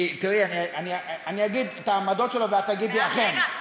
כי, תראי, אני אגיד את העמדות שלו ואת תגידי: אכן.